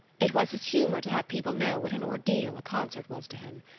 it was his humour to have people know what an ordeal a concert was to him.